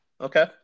Okay